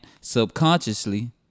subconsciously